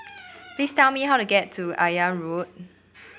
please tell me how to get to Akyab Road